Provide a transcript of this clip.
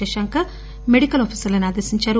Shashanka medical officer లను ఆదేశించారు